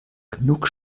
genug